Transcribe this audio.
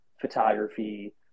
photography